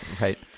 Right